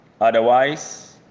Otherwise